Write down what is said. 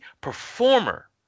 performer